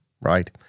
right